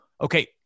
Okay